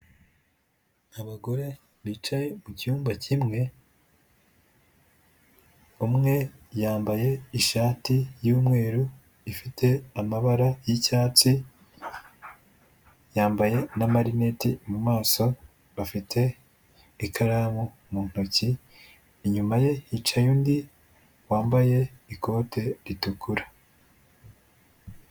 Abagore bicaye mucyumba kimwe, umwe yambaye ishati y'umweru, ifite amabara y'icyatsi yambaye n'amarineti mu maso, afite ikaramu mu ntoki inyuma ye hicaye undi wambaye ikote ritukura.